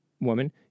woman